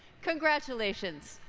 congratulations!